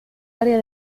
área